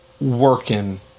working